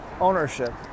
ownership